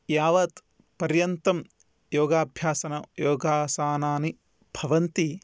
यावत् पर्यन्तं योगाभ्यासं योगासानानि भवन्ति